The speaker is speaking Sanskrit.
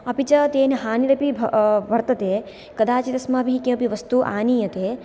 अपि च तेन हानिरपि वर्तते कदाचित् अस्माभिः किमपि वस्तु आनीयते